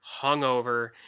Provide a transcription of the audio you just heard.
hungover